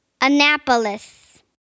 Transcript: Annapolis